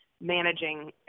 managing